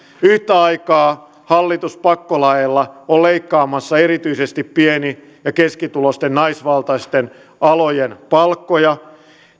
yhtä aikaa hallitus pakkolaeilla on leikkaamassa erityisesti pieni ja keskituloisten naisvaltaisten alojen palkkoja